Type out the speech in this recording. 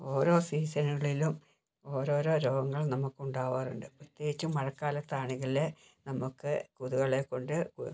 ഓരോ സീസണുകളിലും ഓരോരോ രോഗങ്ങൾ നമുക്ക് ഉണ്ടാവാറുണ്ട് പ്രത്യേകിച്ചും മഴക്കാലത്താണെങ്കില് നമുക്ക് കൊതുകുകളെ കൊണ്ട്